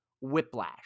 whiplash